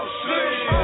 sleep